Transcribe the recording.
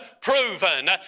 proven